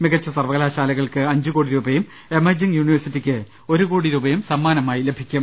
മികച്ച സർവകലാശാലകൾക് അഞ്ചുകോടി രൂപയും എമർജിംഗ് യൂണിവേഴ്സിറ്റിക്ക് ഒരു കോടി രൂപയും സമ്മാനമായി ലഭിക്കും